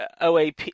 oap